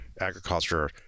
agriculture